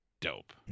Dope